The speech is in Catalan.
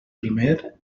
primer